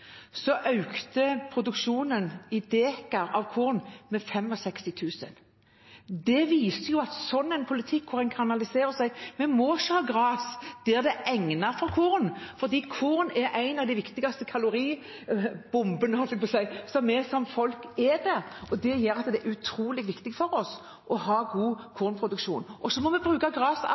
av korn i dekar med 65 000. Det viser en politikk hvor en kanaliserer. Vi må ikke ha gress der det er egnet for korn, for korn er en av de viktigste kaloribombene – holdt jeg på å si – vi spiser. Det gjør at det er utrolig viktig for oss å ha god kornproduksjon. Og så må vi bruke